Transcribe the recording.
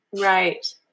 Right